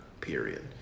period